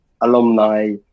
alumni